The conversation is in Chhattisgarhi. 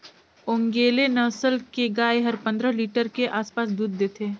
ओन्गेले नसल के गाय हर पंद्रह लीटर के आसपास दूद देथे